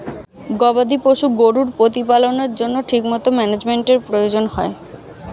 গবাদি পশু গরুর প্রতিপালনের জন্য ঠিকমতো ম্যানেজমেন্টের প্রয়োজন হয়